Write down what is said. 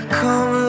come